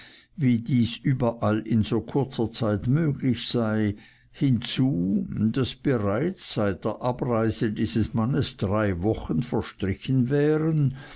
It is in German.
wie dies überall in so kurzer zeit möglich sei hinzu daß bereits seit der abreise dieses mannes drei wochen verstrichen wären